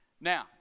Now